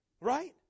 Right